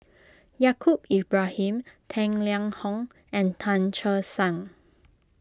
Yaacob Ibrahim Tang Liang Hong and Tan Che Sang